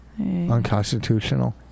Unconstitutional